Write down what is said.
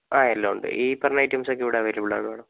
ആ എല്ലാം ഉണ്ട് ഈ പറഞ്ഞ ഐറ്റംസൊക്കെ ഇവിടെ അവൈലബിൾ ആണ് മേഡം